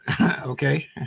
Okay